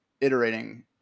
iterating